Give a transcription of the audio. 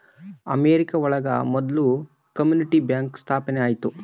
America ಒಳಗ ಮೊದ್ಲು community bank ಸ್ಥಾಪನೆ ಆಯ್ತು